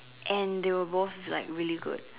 and they were both like really good